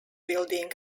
building